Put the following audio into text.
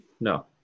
No